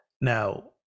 Now